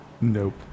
Nope